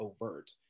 overt